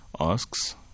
asks